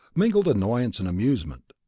mingled annoyance and amusement.